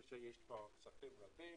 כשיהיו כספים רבים,